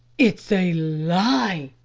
it's a lie,